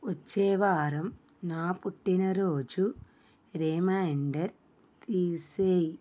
వచ్చే వారం నా పుట్టినరోజు రిమైండర్ తీసేయి